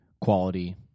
quality